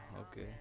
okay